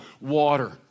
water